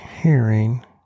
hearing